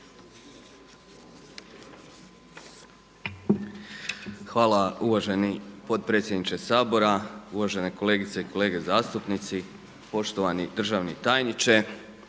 Hvala uvaženi potpredsjedniče Sabora. Uvažene kolegice i kolege zastupnici. Poštovani državni tajniče.